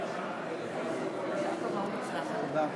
אנחנו עוברים להצבעה, הודעת